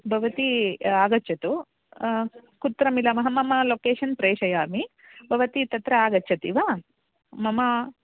भवती आगच्छतु कुत्र मिलामः मम लोकेशन् प्रेषयामि भवती तत्र आगच्छति वा मम